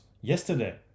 yesterday